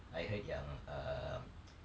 I heard yang um